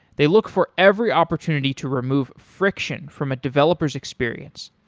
they look for every opportunity to remove friction from a developer s experience.